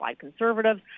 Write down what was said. conservatives